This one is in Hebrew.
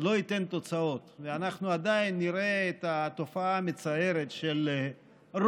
לא ייתן תוצאות ואנחנו עדיין נראה את התופעה המצערת שרוב